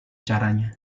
caranya